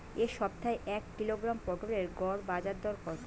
এ সপ্তাহের এক কিলোগ্রাম পটলের গড় বাজারে দর কত?